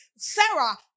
sarah